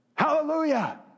Hallelujah